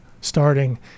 starting